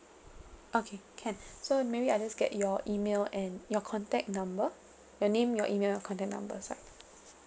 okay can so maybe I just get your email and your contact number your name your email your contact number sorry